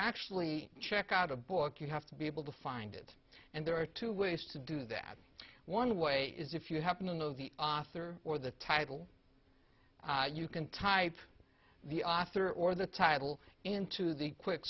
actually check out a book you have to be able to find it and there are two ways to do that one way is if you happen to know the author or the title you can type the author or the title into the quick